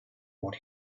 what